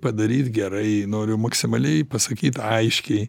padaryt gerai noriu maksimaliai pasakyt aiškiai